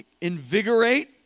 invigorate